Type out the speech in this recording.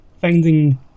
finding